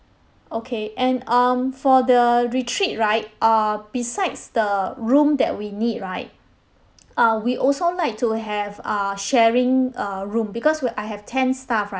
okay and um for the retreat right uh besides the room that we need right uh we'd also like to have uh sharing err room because we're I have ten staff right